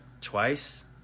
twice